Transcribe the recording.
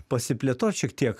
pasiplėtot šiek tiek